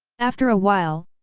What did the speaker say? after a while,